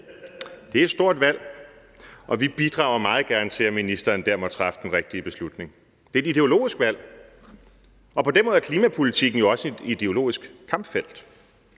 Det er et stort valg, og vi bidrager meget gerne til, at ministeren måtte træffe den rigtige beslutning. Det er et ideologisk valg, og på den måde er klimapolitikken jo også et ideologisk kampfelt.